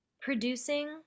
producing